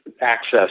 access